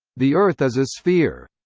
the earth is a sphere.